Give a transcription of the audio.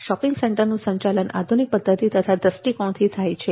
shopping સેન્ટરનું સંચાલન આધુનિક પદ્ધતિ તથા દ્રષ્ટિકોણથી થાય છે